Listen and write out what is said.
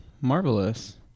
marvelous